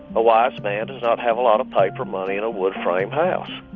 a wise man does not have a lot of paper money in a wood frame house.